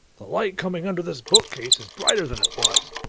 the light coming under this bookcase, is brighter than it was.